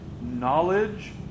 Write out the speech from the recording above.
knowledge